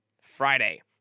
Friday